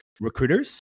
recruiters